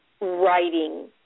writing